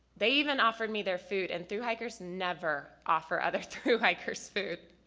they even offered me their food and through-hikers never offer other through-hikers food.